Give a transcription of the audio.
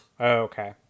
Okay